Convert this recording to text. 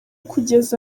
kugeza